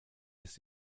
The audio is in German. ist